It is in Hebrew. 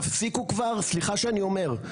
תפסיקו וסליחה שאני אומר,